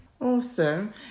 Awesome